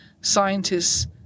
scientists